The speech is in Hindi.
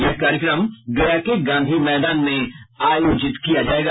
यह कार्यक्रम गया के गांधी मैदान में आयोजित होगा